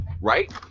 right